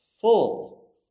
full